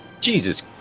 Jesus